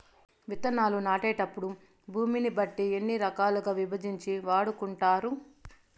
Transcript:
విత్తనాలు నాటేటప్పుడు భూమిని బట్టి ఎన్ని రకాలుగా విభజించి వాడుకుంటారు?